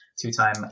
Two-time